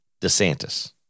DeSantis